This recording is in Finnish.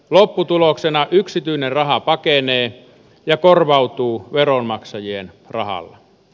lopputuloksena yksityinen raha pakenee ja korvautuu veronmaksajien rahalla